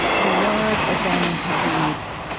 the yard, abandoned to weeds,